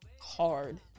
hard